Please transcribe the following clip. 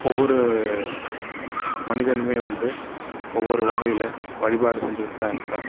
ஒவ்வொரு மனிதனுமே வந்து ஒவ்வொரு வகையில் வழிபாடு செஞ்சுக்கிட்டு தான் இருக்கிறான்